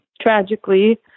tragically